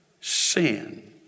sin